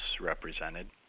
represented